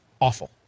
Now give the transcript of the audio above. Awful